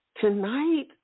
tonight